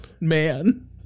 Man